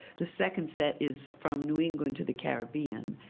the second set is from new england to the caribbean.